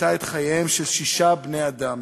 שגבתה את חייהם של שישה בני-אדם.